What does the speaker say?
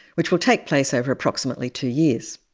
which will take place over approximately two years.